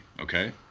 Okay